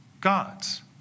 God's